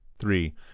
three